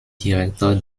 direktor